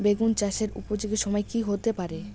বেগুন চাষের উপযোগী সময় কি হতে পারে?